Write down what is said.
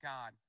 God